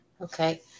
Okay